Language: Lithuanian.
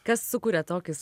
kas sukuria tokius